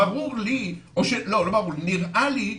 נראה לי,